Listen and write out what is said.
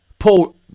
Paul